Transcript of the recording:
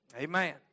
Amen